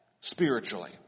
spiritually